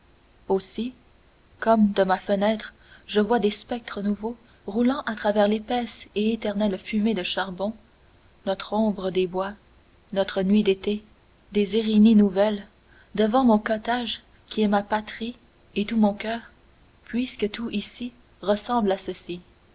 aussi comme de ma fenêtre je vois des spectres nouveaux roulant à travers l'épaisse et éternelle fumée de charbon notre ombre des bois notre nuit d'été des érinnyes nouvelles devant mon cottage qui est ma patrie et tout mon coeur puisque tout ici ressemble à ceci